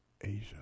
Asia